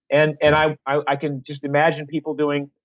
and and i i can just imagine people doing.